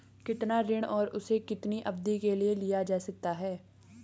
कितना ऋण और उसे कितनी अवधि के लिए लिया जा सकता है?